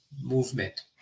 movement